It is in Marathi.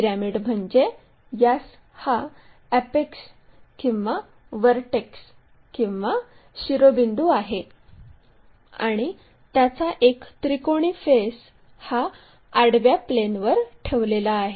पिरॅमिड म्हणजे यास हा अॅपेक्स किंवा व्हर्टेक्स किंवा शिरोबिंदू आहे आणि त्याचा एक त्रिकोणी फेस हा आडव्या प्लेनवर ठेवलेला आहे